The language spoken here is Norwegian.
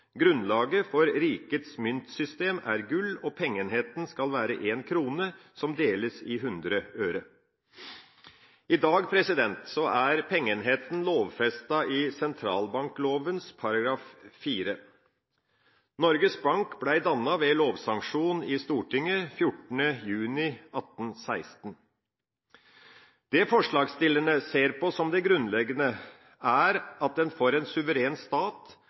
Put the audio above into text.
for Rigets Myntsystem er Guld og Pengeenheden skal være en Krone, som deles i 100 Øre.» I dag er pengeenheten lovfestet i sentralbankloven § 4. Norges bank ble dannet ved lovsanksjon i Stortinget 14. juni 1816. Det forslagsstillerne ser på som det grunnleggende, er at en for en suveren stat